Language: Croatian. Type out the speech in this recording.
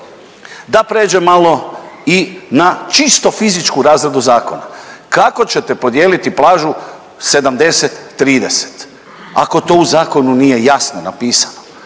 Da pređem malo i na čisto fizičku razradu zakona. Kako ćete podijeliti plažu 70:30 ako to u zakonu nije jasno napisano.